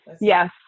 Yes